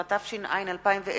13), התש"ע 2010,